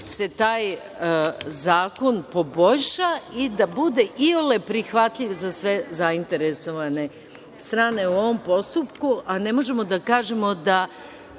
se taj zakon poboljša i da bude iole prihvatljiv za sve zainteresovane strane u ovom postupku. Ne možemo da kažemo da